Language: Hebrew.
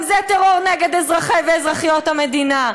גם זה טרור נגד אזרחי ואזרחיות המדינה.